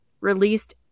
released